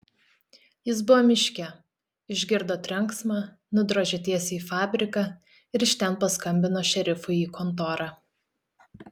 jis buvo miške išgirdo trenksmą nudrožė tiesiai į fabriką ir iš ten paskambino šerifui į kontorą